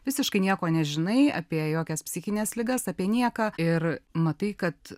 visiškai nieko nežinai apie jokias psichines ligas apie nieką ir matai kad